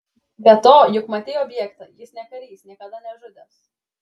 be to juk matei objektą jis ne karys niekada nežudęs